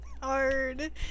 Hard